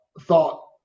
thought